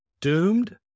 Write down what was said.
Doomed